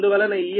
అందువలన Es Ep